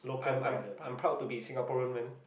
I'm I'm I'm proud to be Singaporean